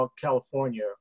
California